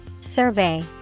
Survey